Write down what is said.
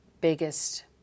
biggest